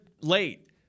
late